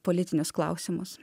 politinius klausimus